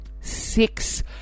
six